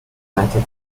matter